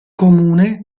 comune